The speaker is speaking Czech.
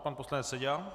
Pan poslanec Seďa.